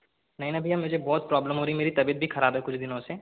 नहीं न भैया मुझे बहुत प्रोब्लम हो रही मेरी तबियत भी खराब है कुछ दिनों से